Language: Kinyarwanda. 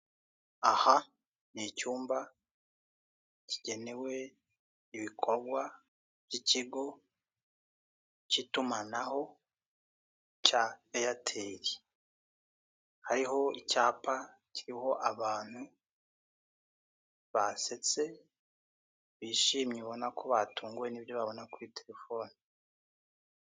Aha ni icyumba kigenewe ibikorwa by'ikigo cy'itumanaho cya eyateri, hariho icyapa kiriho abantu basetse, bishimye ubona ko batunguwe n'ibyo babona kuri telefone.